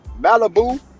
malibu